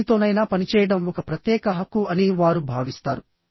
ఎవరితోనైనా పనిచేయడం ఒక ప్రత్యేక హక్కు అని వారు భావిస్తారు